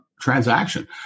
transaction